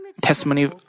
testimony